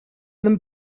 them